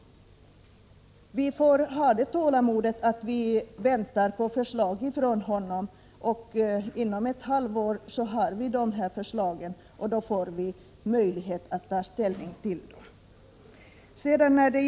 Vi får ha tålamod och vänta på de förslag som kommer från honom inom ett halvår, och då ges det möjlighet att ta ställning till dem.